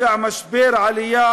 רקע של "משבר עלייה",